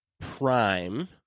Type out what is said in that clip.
prime